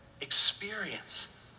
Experience